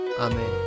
amen